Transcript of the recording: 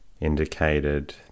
indicated